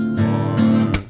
more